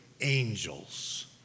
angels